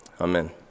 Amen